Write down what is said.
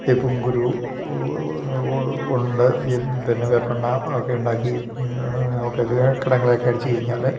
വേപ്പിൻകുരു ഉണ്ട് പിന്നെ വേപ്പെണ്ണ ഒക്കെ ഉണ്ടാക്കി ഒക്കെ കിടങ്ങളെയൊക്കെ അടിച്ചു കഴിഞ്ഞാൽ